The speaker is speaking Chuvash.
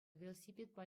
велосипедпа